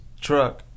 truck